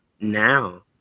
now